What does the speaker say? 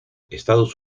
estados